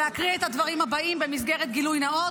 להקריא את הדברים הבאים במסגרת גילוי נאות,